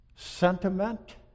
sentiment